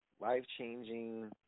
life-changing